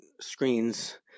screens